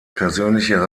persönliche